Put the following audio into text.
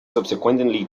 subsequently